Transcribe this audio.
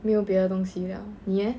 没有别的东西了你 leh